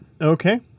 okay